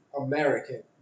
American